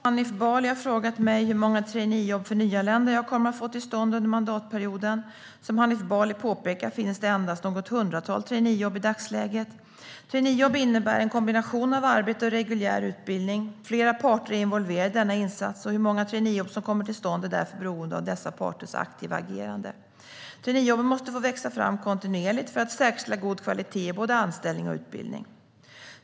Fru talman! Hanif Bali har frågat mig hur många traineejobb för nyanlända jag kommer att få till stånd under mandatperioden. Som Hanif Bali påpekar finns det endast något hundratal traineejobb i dagsläget. Traineejobb innebär en kombination av arbete och reguljär utbildning. Flera parter är involverade i denna insats, och hur många traineejobb som kommer till stånd är därför beroende av dessa parters aktiva agerande. Traineejobben måste få växa fram kontinuerligt för att säkerställa god kvalitet i både anställning och utbildning.